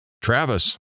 Travis